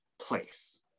place